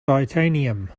titanium